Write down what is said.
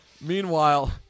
Meanwhile